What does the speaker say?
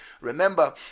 Remember